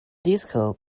disco